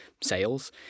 sales